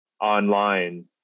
online